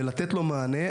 ולתת לו מענה.